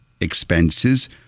expenses